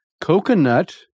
coconut